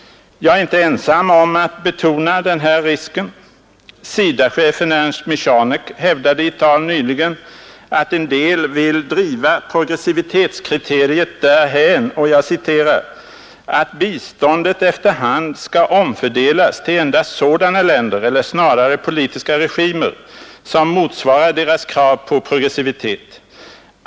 Jag är inte ensam om att betona den här risken. SIDA-chefen Ernst Michanek hävdade i ett tal nyligen att en del vill driva progressivitetskriteriet därhän, ”att biståndet efter hand skall omfördelas till endast sådana länder — eller snarare politiska regimer — som motsvarar deras krav på progressivitet.